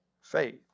faith